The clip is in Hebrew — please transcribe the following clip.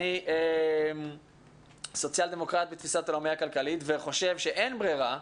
אני סוציאל דמוקרטי בתפיסת עולמי הכלכלית וחושב שאין ברירה,